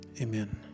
amen